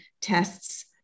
tests